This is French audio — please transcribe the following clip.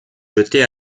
jeté